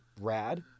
rad